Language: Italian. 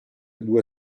due